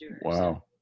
Wow